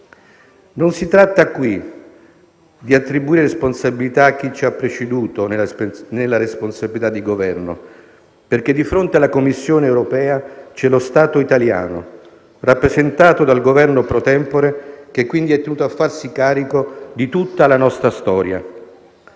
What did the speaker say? Non si tratta qui di attribuire responsabilità a chi ci ha preceduto nella responsabilità di Governo, perché di fronte alla Commissione europea c'è lo Stato italiano, rappresentato dal Governo *pro tempore*, che quindi è tenuto a farsi carico di tutta la nostra storia.